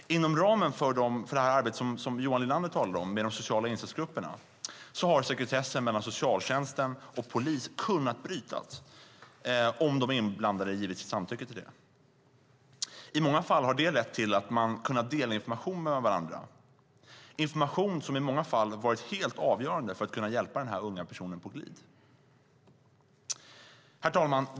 Inom ramen för det arbete med de sociala insatsgrupperna, som Johan Linander talade om, har sekretessen mellan socialtjänst och polis kunnat brytas om de inblandade har givit sitt samtycke till det. I många fall har det lett till att man har kunnat dela information med varandra - information som i många fall har varit helt avgörande för att kunna hjälpa den unga personen på glid. Herr talman!